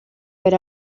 per